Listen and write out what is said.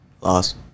Loss